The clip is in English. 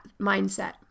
mindset